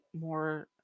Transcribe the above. more